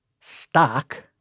stock